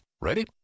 Ready